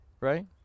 Right